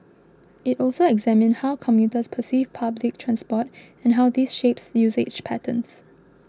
it also examined how commuters perceive public transport and how this shapes usage patterns